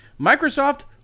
Microsoft